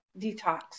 detox